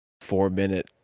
four-minute